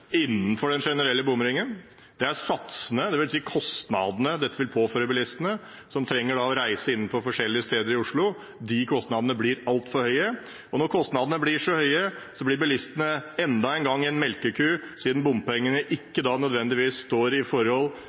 innenfor den generelle bomringen. Det andre er satsene, dvs. kostnadene dette vil påføre bilistene som trenger å reise innenfor forskjellige steder i Oslo – de kostnadene blir altfor høye. Når kostnadene blir så høye, blir bilistene enda engang en melkeku, siden bompengene ikke nødvendigvis står i forhold